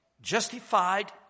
Justified